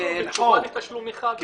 (הרשימה המשותפת): בתשובה לתשלום אחד,